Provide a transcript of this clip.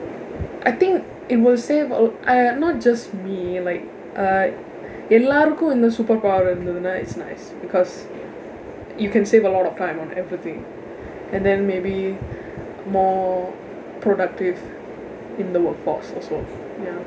I think it will save err not just me like uh எல்லாருக்கும் இந்த:ellarukkum intha superpower இருந்ததுனா:irundthathunaa it's nice nice because you can save a lot of time on everything and then maybe more productive in the workforce also ya